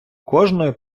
кожною